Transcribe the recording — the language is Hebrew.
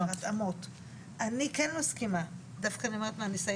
אני לא אמרתי לא לתפוס